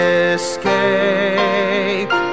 escape